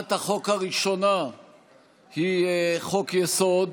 הצעת החוק הראשונה היא הצעת חוק-יסוד,